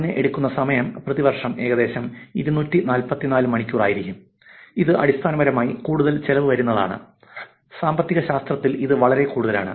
അതിനു എടുക്കുന്ന സമയം പ്രതിവർഷം ഏകദേശം 244 മണിക്കൂർ ആയിരിക്കും ഇത് അടിസ്ഥാനപരമായി കൂടുതൽ ചെലവ് വരുന്നതാണ് സാമ്പത്തികശാസ്ത്രത്തിൽ ഇത് വളരെ കൂടുതലാണ്